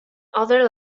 other